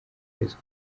kwezi